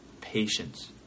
patience